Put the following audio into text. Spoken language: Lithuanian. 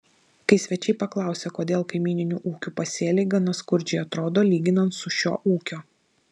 kai svečiai paklausė kodėl kaimyninių ūkių pasėliai gana skurdžiai atrodo lyginant su šio ūkio